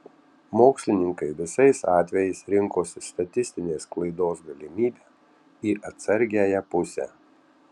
mokslininkai visais atvejais rinkosi statistinės klaidos galimybę į atsargiąją pusę